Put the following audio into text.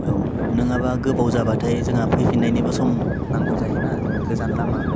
औ नोङाबा गोबाव जाबाथाय जोंहा फैफिन्नायनिबो सम नांगौ जायो ना जों गोजान लामा